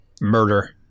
murder